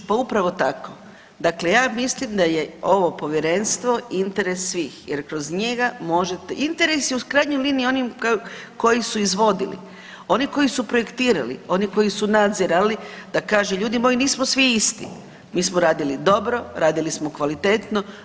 Pa upravo tako, dakle ja mislim da je ovo povjerenstvo interes svih jer kroz njega možete, interes je u krajnjoj liniji onim koji su izvodili, oni koji su projektirali, oni koji su nadzirali da kaže ljudi moji nismo svi isti, mi smo radili dobro, radili smo kvalitetno.